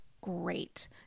great